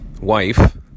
wife